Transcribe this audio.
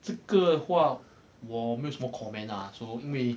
这个话我没有什么 comment lah so 因为